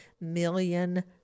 million